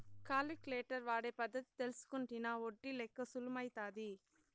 calculator వాడే పద్ధతి తెల్సుకుంటినా ఒడ్డి లెక్క సులుమైతాది